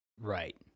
Right